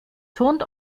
turnt